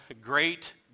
Great